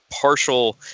partial